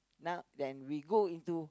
now then we go into